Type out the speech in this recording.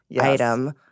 item